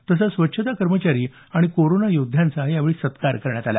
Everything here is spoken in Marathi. तसंच स्वच्छता कर्मचारी आणि कोरोना योद्ध्यांचा सत्कार करण्यात आला